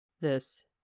This